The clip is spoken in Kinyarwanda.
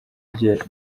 rya